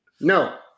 no